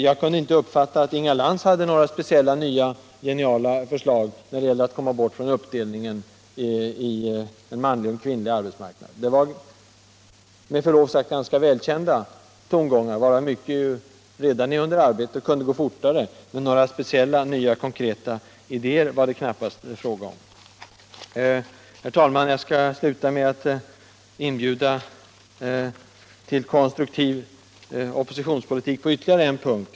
Jag kunde inte uppfatta att Inga Lantz hade några speciellt nya och geniala förslag då det gällde att komma bort från uppdelningen i manlig och kvinnlig arbetsmarknad. Det var med förlov sagt ganska välkända tongångar. Mycket är redan under arbete, även om det kunde gå fortare. Några nya konkreta idéer var det knappast fråga om. Jag skall avsluta mitt anförande med att inbjuda till konstruktiv oppositionspolitik på ytterligare en punkt.